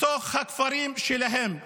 בתוך הכפרים שלהם.